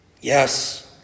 Yes